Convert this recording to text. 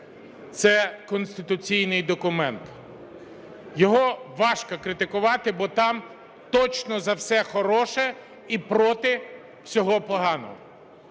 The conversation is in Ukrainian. це конституційний документ. Його важко критикувати, бо там точно за все хороше і проти всього поганого.